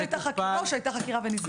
הייתה חקירה או שהייתה חקירה והיא נסגרה?